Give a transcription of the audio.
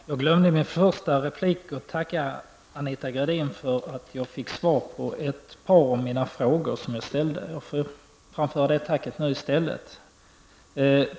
Herr talman! Jag glömde i min första replik att tacka Anita Gradin för att jag fick svar på ett par av de frågor jag ställde. Jag framför det tacket nu i stället.